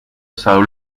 são